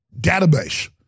database